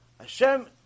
Hashem